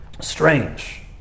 Strange